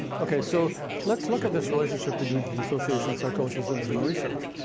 okay, so let's look at this relationship between dissociation, psychosis, and some research.